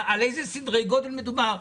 על איזה סדרי גודל מדובר?